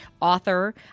author